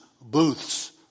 booths